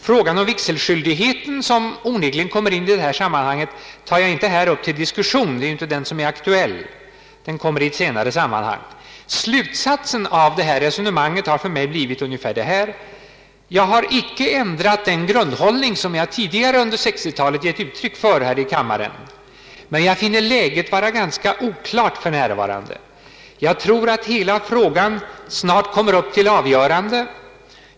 Frågan om vigselskyldigheten, som onekligen kommer in i det här sammanhanget, tar jag inte här upp till diskussion. Det är inte den som är aktuell, den kommer in i ett senare sammanhang. Slutsatsen av detta resonemang har för mig blivit ungefär följande. Jag har icke ändrat den grundhållning som jag tidigare under 1960-talet givit uttryck för här i kammaren, men jag finner läget vara ganska oklart för närvarande. Jag tror att hela frågan snart kommer upp till avgörande.